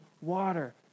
water